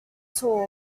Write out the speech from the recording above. tall